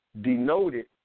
Denoted